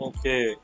Okay